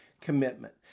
commitment